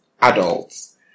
adults